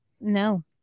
No